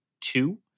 two